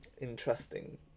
interesting